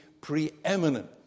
preeminent